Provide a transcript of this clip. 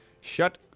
Shut